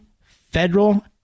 federal